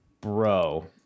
bro